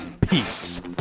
Peace